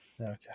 Okay